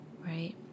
Right